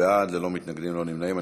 בעד, 10, ללא מתנגדים, ללא נמנעים.